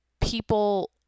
people –